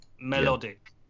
Melodic